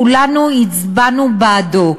כולנו הצבענו בעדו.